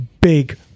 big